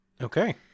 Okay